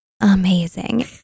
Amazing